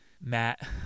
Matt